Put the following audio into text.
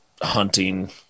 hunting